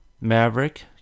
Maverick